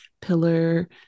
Pillar